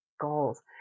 goals